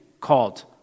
called